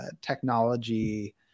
technology